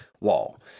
wall